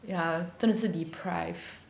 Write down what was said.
ya 真的是 deprived